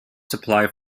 supply